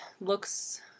looks